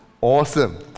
Awesome